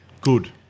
Good